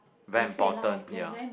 very important ya